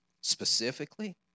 Specifically